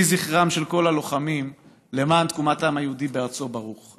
יהי זכרם של כל הלוחמים למען תקומת העם יהודי בארצו ברוך.